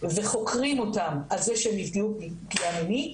וחוקרים אותם על זה שהם נפגעו פגיעה מינית